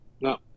No